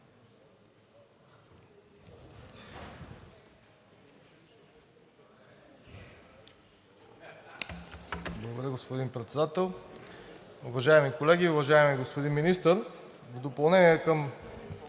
Благодаря, господин Председател. Уважаеми колеги, уважаеми господин Министър! В допълнение към